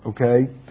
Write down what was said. okay